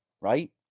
right